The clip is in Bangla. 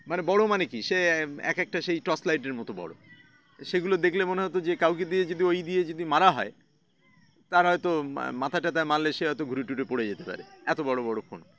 মানে বড়ো মানে কি সে এক একটা সেই টর্চ লাইটের মতো বড়ো সেগুলো দেখলে মনে হয়তো যে কাউকে দিয়ে যদি ওই দিয়ে যদি মারা হয় তার হয়তো মা মাথাটা তাই মারলে সে হয়তো ঘুরে টুরে পড়ে যেতে পারে এতো বড়ো বড়ো ফোন